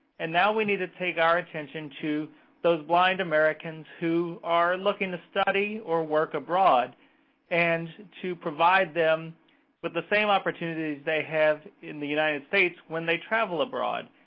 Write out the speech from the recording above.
and now we need to take our attention to those blind americans who are looking to study or work abroad and to provide them with the same opportunities they have in the united states when they travel abroad.